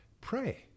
pray